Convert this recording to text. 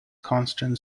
constant